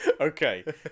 Okay